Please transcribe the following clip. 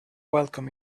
welcome